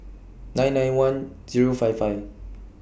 nine nine one Zero five five